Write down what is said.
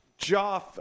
Joff